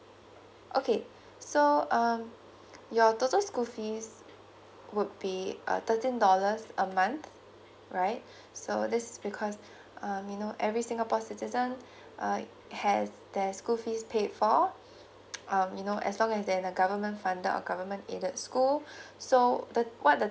okay so um your total school fees would be uh thirteen dollars a month right so this is because um you know every singapore citizen uh has their school fees paid for um you know as long as they in the government funded or government aided school so the what the